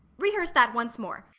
rehearse that once more.